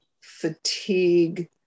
fatigue